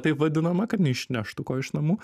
taip vadinamą kad neišneštų ko iš namų